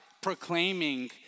proclaiming